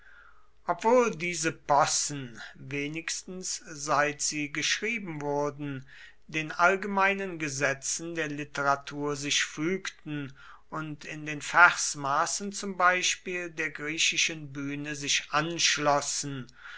obwohl diese possen wenigstens seit sie geschrieben wurden den allgemeinen gesetzen der literatur sich fügten und in den versmaßen zum beispiel der griechischen bühne sich anschlossen